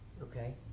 Okay